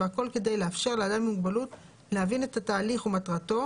והכול כדי לאפשר לאדם עם מוגבלות להבין את התהליך ומטרתו,